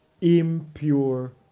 impure